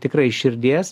tikrai širdies